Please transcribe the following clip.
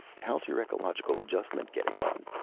how's your ecological adjustment getting on?